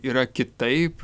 yra kitaip